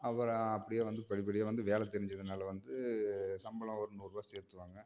அப்புறம் அப்படியே வந்து படிப்படியாக வந்து வேலை தெரிஞ்சதுனால் வந்து சம்பளம் ஒரு நூறுபா சேர்த்து வாங்குவேன்